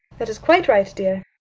that is quite right, dear.